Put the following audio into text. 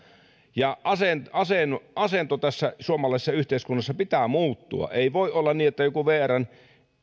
ja asennon asennon tässä suomalaisessa yhteiskunnassa pitää muuttua ei voi olla niin että joku vrn